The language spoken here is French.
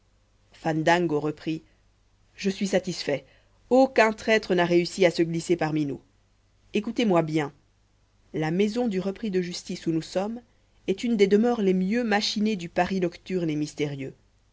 fandango reprit je suis satisfait aucun traître n'a réussi à se glisser parmi nous écoutez-moi bien la maison du repris de justice où nous sommes est une des demeures les mieux machinées du paris nocturne et mystérieux